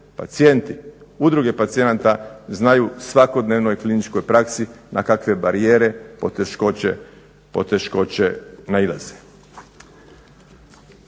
pacijenti, udruge pacijenata znaju u svakodnevnoj kliničkoj praksi na kakve barijere, poteškoće nailaze.